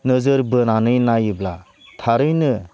नोजोर बोनानै नायोब्ला थारैनो